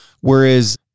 Whereas